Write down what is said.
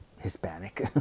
Hispanic